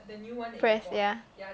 press ya